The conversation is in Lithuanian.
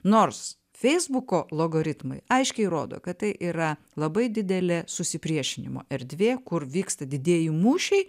nors feisbuko logoritmai aiškiai rodo kad tai yra labai didelė susipriešinimo erdvė kur vyksta didieji mūšiai